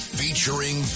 featuring